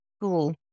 Cool